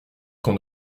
qu’on